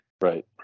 Right